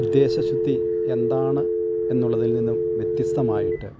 ഉദ്ദേശ്യശുദ്ധി എന്താണ് എന്നുള്ളതിൽ നിന്നും വ്യത്യസ്തമായിട്ട്